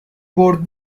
برد